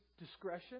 discretion